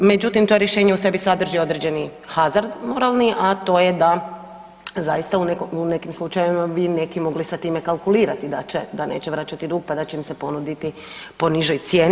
Međutim, to rješenje u sebi sadrži određeni hazard moralni, a to je da zaista u nekim slučajevima bi neki mogli sa time kalkulirati da neće vračati dug, pa da će im se ponuditi po nižoj cijeni.